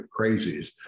crazies